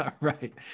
Right